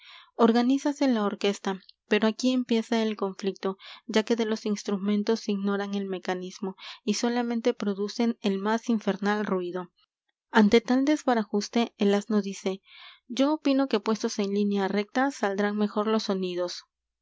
organizase la orquesta pero aquí empieza el conflicto ya que de los instrumentos ignoran el mecanismo y solamente producen el m á s infernal ruido ante tal desbarajuste el asno dice yo opino que puestos en línea recta saldrán mejor los sonidos